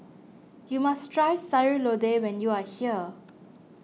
you must try Sayur Lodeh when you are here